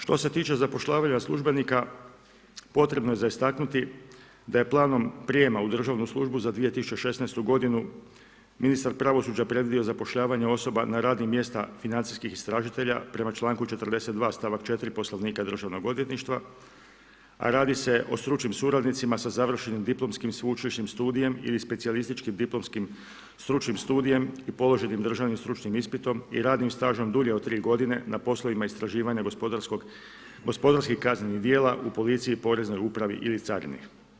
Što se tiče zapošljavanja službenika potrebno je za istaknuti da je planom prijema u državnu službu za 2016. godinu, ministar pravosuđa predvidio zapošljavanje osoba na radna mjesta financijskih istražitelja prema članku 42. stavak 4. Poslovnika Državnog odvjetništva a radi se o stručnim suradnicima sa završenim diplomskim sveučilišnim studijem ili specijalističkim diplomskim stručnim studijem i položenim državnim stručnim ispitom i radnim stažom duljim od 3 godine na poslovima istraživanja gospodarskih kaznenih djela u policiji, poreznoj upravi ili carini.